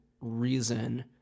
reason